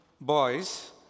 boys